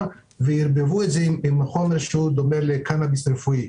שערבבו אותם עם חומר שדומה לקנאביס רפואי.